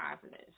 positive